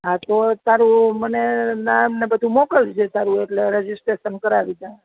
હા તો તારું મને નામ ને બધું મોકલજે તારું એટલે રજિસ્ટ્રેશન કરાવી દઉં